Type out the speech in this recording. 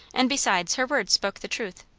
and besides, her words spoke the truth.